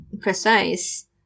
precise